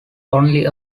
only